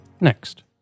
next